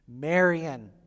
marion